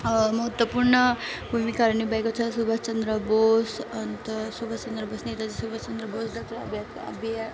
महत्त्वपूर्ण भूमिकाहरू निभाएको छ सुभाषचन्द्र बोस अन्त सुभाषचन्द्र बोस नेताजी सुभाषचन्द्र बोस डक्टर अम्बेडकर अभिया